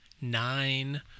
nine